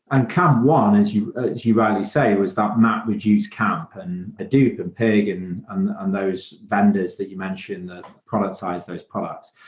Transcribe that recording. camp one, as you ah as you rightly say, was that mapreduce camp, and hadoop, and pig and and on those vendors that you mentioned that productize those products.